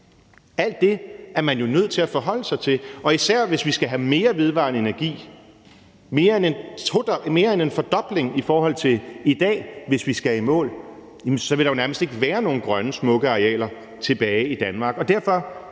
Alt det er man jo nødt til at forholde sig til, især hvis vi skal have mere vedvarende energi – mere end en fordobling i forhold til i dag, hvis vi skal i mål – for ellers vil der jo nærmest ikke være nogen smukke grønne arealer tilbage til Danmark.